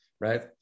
Right